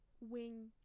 wing